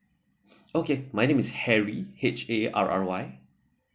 okay my name is harry H A R R Y